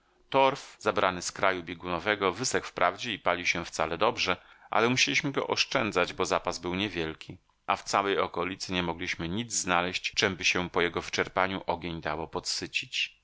torf zabrany z kraju biegunowego wysechł wprawdzie i palił się wcale dobrze ale musieliśmy go oszczędzać bo zapas był nie wielki a w całej okolicy nie mogliśmy nic znaleźć czemby się po jego wyczerpaniu ogień dało podsycić